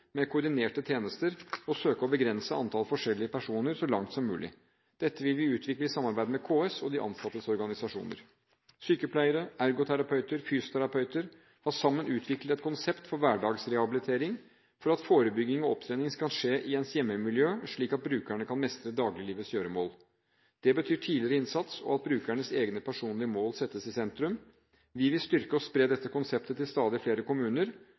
for koordinerte tjenester, og søke å begrense antall forskjellige personer så langt som mulig. Dette vil vi utvikle i samarbeid med KS og de ansattes organisasjoner. Sykepleiere, ergoterapeuter og fysioterapeuter har sammen utviklet et konsept for hverdagsrehabilitering for at forebygging og opptrening kan skje i ens hjemmemiljø, slik at brukerne kan mestre dagliglivets gjøremål. Det betyr tidligere innsats, og at brukerens egne personlige mål settes i sentrum. Vi vil styrke og spre dette konseptet til stadig flere kommuner.